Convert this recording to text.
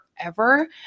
forever